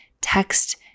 text